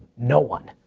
no one.